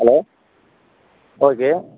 hello okay